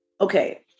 Okay